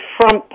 front